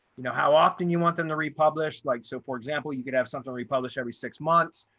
you know how often you want them to republish like so for example, you could have something republish every six months,